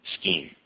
scheme